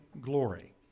glory